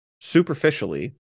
superficially